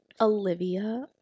Olivia